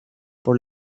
por